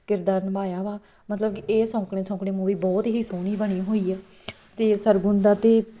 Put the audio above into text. ਕਿਰਦਾਰ ਨਿਭਾਇਆ ਵਾ ਮਤਲਬ ਕਿ ਇਹ ਸੌਂਕਣ ਸੌਂਕਣੇ ਮੂਵੀ ਬਹੁਤ ਹੀ ਸੋਹਣੀ ਬਣੀ ਹੋਈ ਹੈ ਅਤੇ ਸਰਗੁਣ ਦਾ ਅਤੇ